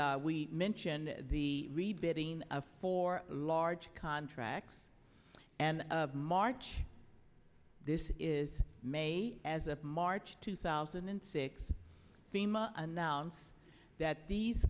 and we mentioned the rebuilding of four large contracts and march this is may as of march two thousand and six fema announce that these